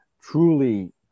truly